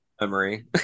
Memory